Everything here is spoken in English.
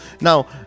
Now